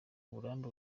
uburambe